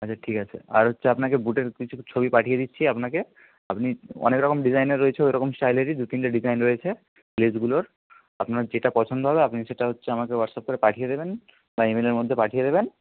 আচ্ছা ঠিক আছে আর হচ্ছে আপনাকে বুটের কিছু ছবি পাঠিয়ে দিচ্ছি আপনাকে আপনি অনেক রকম ডিজাইনের রয়েছে ওই রকম স্টাইলেরই দুতিনটে ডিজাইন রয়েছে লেসগুলোর আপনার যেটা পছন্দ হবে আপনি সেটা হচ্ছে আমাকে হোয়াটসঅ্যাপ করে পাঠিয়ে দেবেন বা ইমেলের মধ্যে পাঠিয়ে দেবেন